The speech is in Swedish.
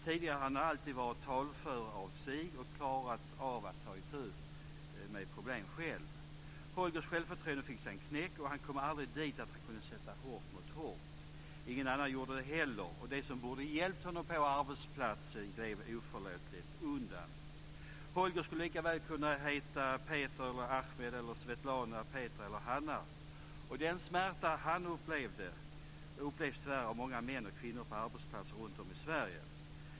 Tidigare hade han alltid varit talför av sig och klarat av att ta itu med problem själv. Holgers självförtroende fick sig en knäck, och han kom aldrig dit att han kunde sätta hårt mot hårt. Ingen annan gjorde det heller. De som borde hjälpt honom på arbetsplatsen gled oförlåtligt undan. Holger skulle likaväl kunna heta Peter eller Ahmed, eller Svetlana, Petra eller Hanna. Den smärta han upplevde upplevs tyvärr av många män och kvinnor på arbetsplatser runt om i Sverige.